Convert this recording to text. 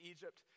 Egypt